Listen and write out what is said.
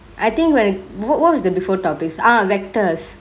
I think when what was the before topics ah vectors